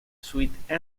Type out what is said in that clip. suite